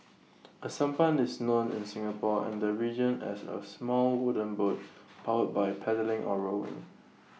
A sampan is known in Singapore and the region as A small wooden boat powered by paddling or rowing